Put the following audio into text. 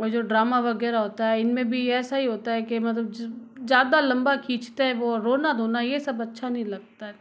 और जो ड्रामा वगैरह होता है इनमें भी ऐसा ही होता है कि मतलब ज़्यादा लंबा खींचते हैं वो रोना धोना ये सब अच्छा नही लगता है